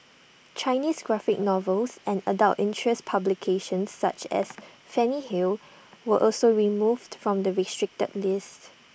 Chinese graphic novels and adult interest publications such as Fanny hill were also removed from the restricted list